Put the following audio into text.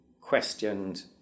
questioned